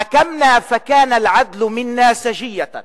חכמנא פכאן אל-עדל מנא סג'יה/